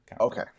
Okay